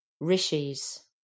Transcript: rishis